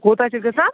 کوٗتاہ چھِ گژھان